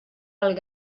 alt